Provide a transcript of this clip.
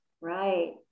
Right